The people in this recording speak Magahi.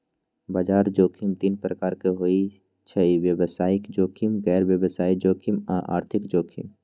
बजार जोखिम तीन प्रकार के होइ छइ व्यवसायिक जोखिम, गैर व्यवसाय जोखिम आऽ आर्थिक जोखिम